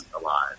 alive